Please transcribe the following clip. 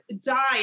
died